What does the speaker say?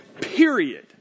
period